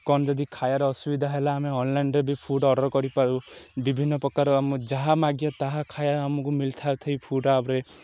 କ'ଣ ଯଦି ଖାଇବାର ଅସୁବିଧା ହେଲା ଆମେ ଅନଲାଇନ୍ରେ ବି ଫୁଡ଼୍ ଅର୍ଡ଼ର କରିପାରୁ ବିଭିନ୍ନପ୍ରକାର ଆମ ଯାହା ମାଗି ତାହା ଖାଇବା ଆମକୁ ମିଳିଥାଏ ଫୁଡ଼୍ ଆପ୍ରେ